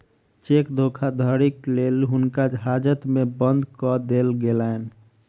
cheque धोखाधड़ीक लेल हुनका हाजत में बंद कअ देल गेलैन